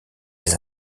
les